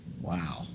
Wow